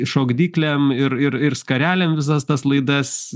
šokdyklėm ir ir ir skarelėm visas tas laidas